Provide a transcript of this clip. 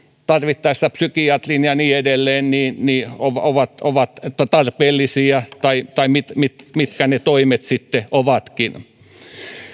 tarvittaessa psykiatrin ja niin edelleen ovat ovat tarpeellisia tai tai mitkä mitkä ne toimet sitten ovatkin